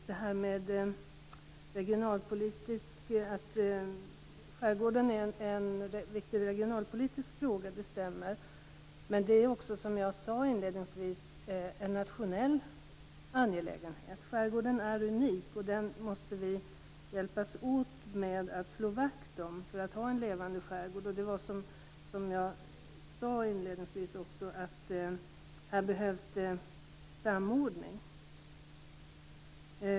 Herr talman! Att en levande skärgård är en viktig regionalpolitisk fråga stämmer. Men det är också en nationell angelägenhet. Skärgården är unik, och den måste vi hjälpas åt att slå vakt om för att få ha en levande skärgård. Som jag sade inledningsvis behövs här samordning.